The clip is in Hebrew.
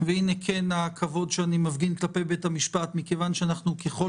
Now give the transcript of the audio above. הנה הכבוד שאני מפגין כלפי בית המשפט מכיוון שככל